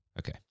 Okay